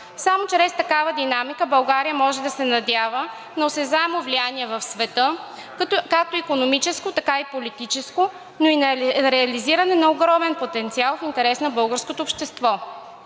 Само чрез такава динамика България може да се надява на осезаемо влияние в света – както икономическо, така и политическо, но и на реализиране на огромен потенциал в интерес на българското общество.